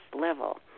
level